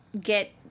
get